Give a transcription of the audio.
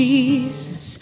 Jesus